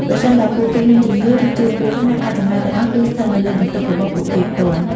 ប្រសិនបើពួកគេមានជំងឺ ឬជួបគ្រោះថ្នាក់ ការចំណាយទាំងអស់គឺស្ថិតនៅលើបន្ទុករបស់ពួកគេផ្ទាល់។